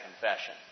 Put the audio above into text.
confession